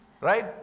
Right